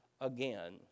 again